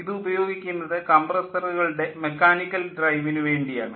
ഇത് ഉപയോഗിക്കുന്നത് കംപ്രസ്സറുകളുടെ മെക്കാനിക്കൽ ഡ്രൈവിനു വേണ്ടിയാണ്